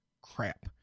Crap